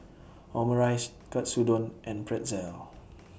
Omurice Katsudon and Pretzel